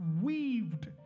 weaved